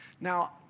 Now